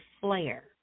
flare